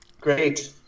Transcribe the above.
Great